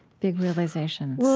big realizations? well,